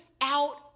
out